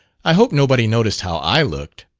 i hope nobody noticed how i looked!